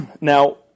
Now